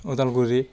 Udalguri